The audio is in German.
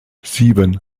sieben